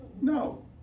No